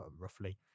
roughly